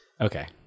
okay